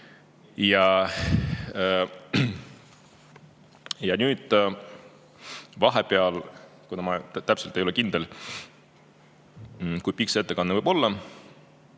Ja nüüd vahepeal, kuna ma täpselt ei ole kindel, kui pikk see ettekanne võib olla,